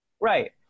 Right